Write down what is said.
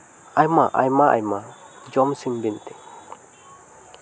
ᱟᱭᱢᱟ ᱟᱭᱢᱟ ᱟᱭᱢᱟ ᱡᱚᱢᱥᱤᱢ ᱵᱤᱱᱛᱤ